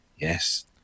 Yes